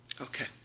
Okay